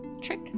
Trick